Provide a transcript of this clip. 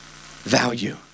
Value